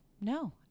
no